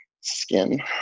Skin